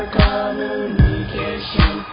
communication